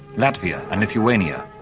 latvia and lithuania,